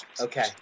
Okay